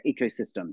ecosystem